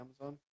Amazon